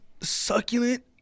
Succulent